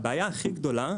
הבעיה הכי גדולה,